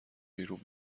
بیرون